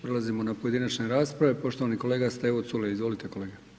Prelazimo na pojedinačne rasprave, poštovani kolega Stevo Culej, izvolite kolega.